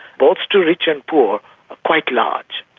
both to rich and poor, are quite large.